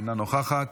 אינה נוכחת,